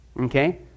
Okay